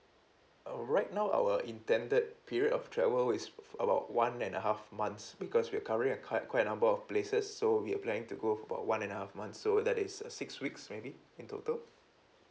err right now our intended period of travel is ab~ about one and a half months because we're covering a quite quite number of places so we're planning to go for about one and a half months so that is a six weeks maybe in total